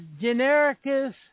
Genericus